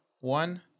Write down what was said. one